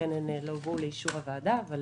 לכן הן לא הובאו לאישור הוועדה אבל